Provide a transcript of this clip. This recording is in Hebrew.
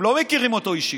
הם לא מכירים אותו אישית.